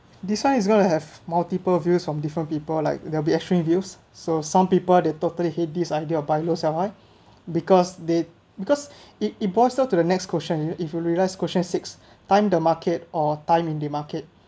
this one is going to have multiple views from different people like they'll be extreme views so some people they totally hate this idea of buy low sell high because they because it it boils down to the next question if you realise question six time the market or time in the market